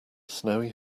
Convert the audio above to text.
snowy